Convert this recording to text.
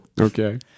Okay